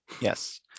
Yes